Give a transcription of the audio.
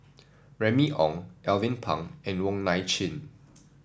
Remy Ong Alvin Pang and Wong Nai Chin